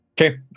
Okay